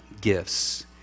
gifts